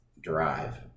drive